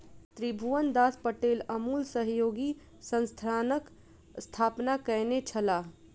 त्रिभुवनदास पटेल अमूल सहयोगी संस्थानक स्थापना कयने छलाह